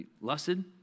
Lusted